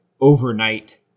overnight